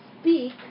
speak